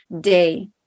day